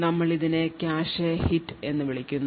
ഞങ്ങൾ ഇതിനെ ഒരു കാഷെ ഹിറ്റ് എന്ന് വിളിക്കുന്നു